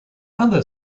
other